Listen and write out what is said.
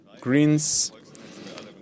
Greens